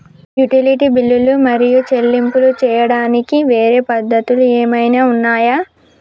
Utility బిల్లులు మరియు చెల్లింపులు చేయడానికి వేరే పద్ధతులు ఏమైనా ఉన్నాయా?